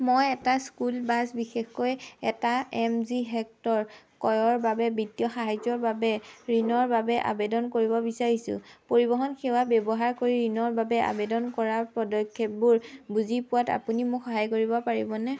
মই এটা school bus বিশেষকৈ এটা এম জি হেক্টৰ ক্ৰয়ৰ বাবে বিত্তীয় সাহায্যৰ বাবে ঋণৰ বাবে আবেদন কৰিব বিচাৰিছোঁ পৰিবহণ সেৱা ব্যৱহাৰ কৰি ঋণৰ বাবে আবেদন কৰাৰ পদক্ষেপবোৰ বুজি পোৱাত আপুনি মোক সহায় কৰিব পাৰিবনে